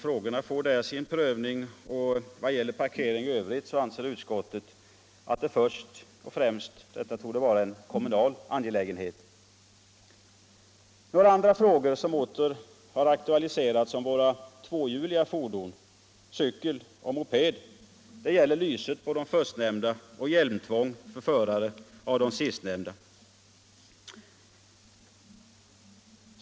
Frågorna får där sin prövning, och vad gäller parkering i övrigt anser utskottet att det först och främst är en kommunal angelägenhet. Några andra frågor som åter aktualiserats om våra tvåhjuliga fordon, cykel och moped, gäller lyset på de förstnämnda och hjälmtvång för förare av de sistnämnda.